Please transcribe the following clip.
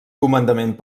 comandament